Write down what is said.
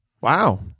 Wow